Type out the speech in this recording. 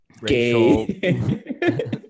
gay